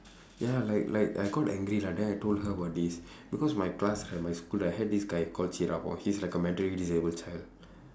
ya like like I got angry lah then I told her about this because my class right my school I had this guy called he's like a mentally disabled child